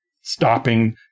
stopping